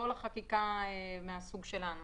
לא חקיקה מהסוג שלנו